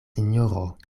sinjoro